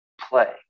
play